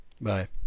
Bye